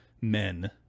men